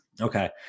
Okay